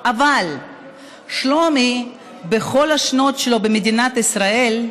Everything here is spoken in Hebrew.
אבל שלומי, בכל השנים שלו במדינת ישראל,